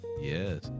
yes